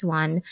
one